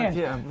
yeah.